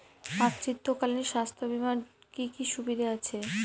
মাতৃত্বকালীন স্বাস্থ্য বীমার কি কি সুবিধে আছে?